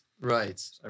Right